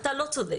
אתה לא צודק,